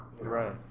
Right